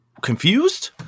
confused